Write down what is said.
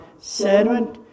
servant